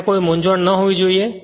ત્યાં કોઈ મૂંઝવણ ન હોવી જોઈએ